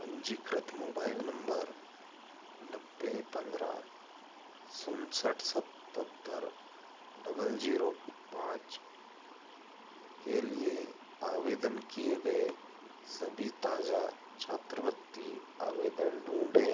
पंजीकृत mobile number नब्बे पंद्रह उनसठ सत्तर डबल जीरो पाँच के लिए आवेदन किए गए सभी ताजा छात्रवृति आवेदन ढूँढें